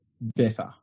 better